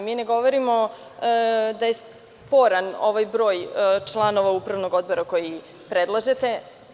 Mi ne govorimo da je sporan ovaj broj članova Upravnog odbora koji vi predlažete.